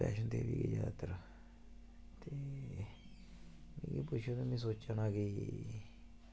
वैष्णो देवी दी जात्तरा ते एह् कुछ बी निं सोचे दा कि